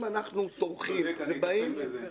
אם אנחנו טורחים ובאים,